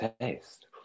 taste